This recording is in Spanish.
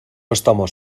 estamos